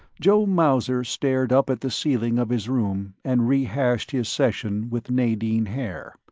joe mauser stared up at the ceiling of his room and rehashed his session with nadine haer.